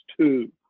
two